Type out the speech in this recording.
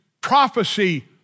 prophecy